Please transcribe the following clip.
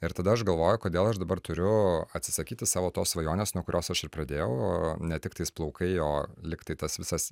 ir tada aš galvoju kodėl aš dabar turiu atsisakyti savo tos svajonės nuo kurios aš ir pradėjau ne tiktais plaukai o lyg tai tas visas